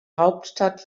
hauptstadt